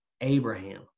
Abraham